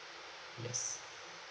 yes